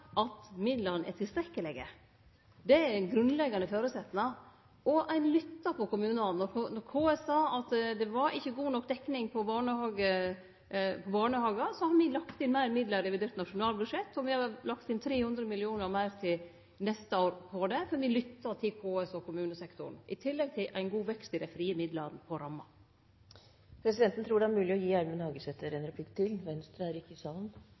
at midlane er tilstrekkelege. Det er ein grunnleggjande føresetnad. Og ein lyttar til kommunane. Då KS sa at det ikkje var god nok barnehagedekning, så la me inn meir midlar i revidert nasjonalbudsjett – me har lagt inn 300 mill. kr meir til neste år til dette – for me lyttar til KS og kommunesektoren, i tillegg til ein god vekst i dei frie midlane innanfor rammene. Presidenten tror det er mulig å gi representanten Gjermund Hagesæter en replikk til. Venstre er ikke i salen. Eg må berre seie at eg ikkje